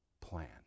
plan